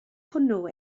hwnnw